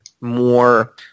more